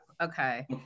Okay